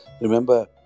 Remember